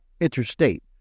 interstate